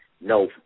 No